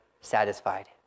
satisfied